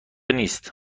نیست